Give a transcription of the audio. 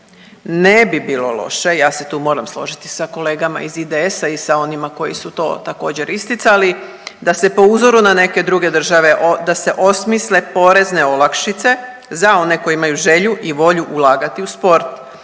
Ne bi bilo loše, ja se tu moram složiti sa kolegama iz IDS-a i sa onima koji su to također isticali, da se po uzoru na neke druge države o…, da se osmisle porezne olakšice za one koji imaju želju i volju ulagati u sport